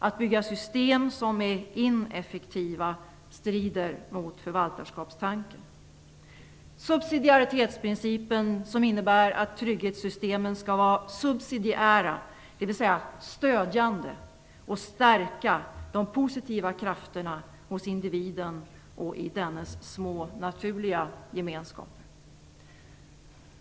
Att bygga system som är ineffektiva strider mot förvaltarskapstanken. Subsidiaritetsprincipen innebär att trygghetssystemen skall vara subsidiära, dvs. stödjande, och de skall stärka de positiva krafterna hos individen och i dennes små, naturliga gemenskaper.